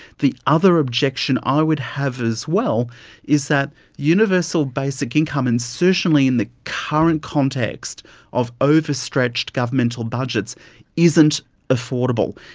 the other objection i would have as well is that universal basic income, and certainly in the current context of overstretched governmental budgets isn't affordable.